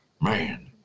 man